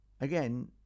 Again